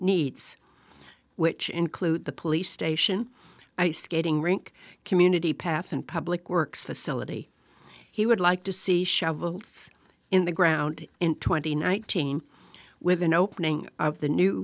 needs which include the police station ice skating rink community path and public works the syllabi he would like to see shovels in the ground in twenty nineteen with an opening of the new